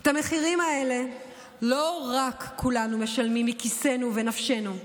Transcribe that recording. את המחירים האלה לא רק כולנו משלמים מכיסנו ונפשנו,